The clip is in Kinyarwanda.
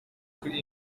kuri